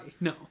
No